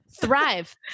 thrive